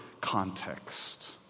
context